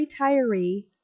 retiree